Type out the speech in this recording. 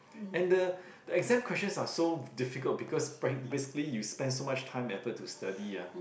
and the the exam questions are so difficult because prac~ basically you spend so much time effort to study ah